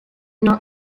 not